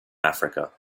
africa